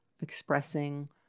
expressing